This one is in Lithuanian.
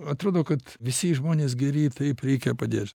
atrodo kad visi žmonės geri taip reikia padėt